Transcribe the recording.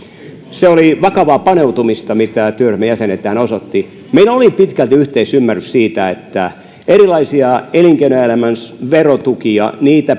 se oli vakavaa paneutumista mitä työryhmän jäsenet tässä osoittivat meillä oli pitkälti yhteisymmärrys siitä että erilaisia elinkeinoelämän verotukia